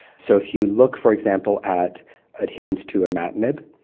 so if you look, for example, at adherence to imatinib,